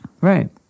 Right